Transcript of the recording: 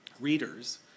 readers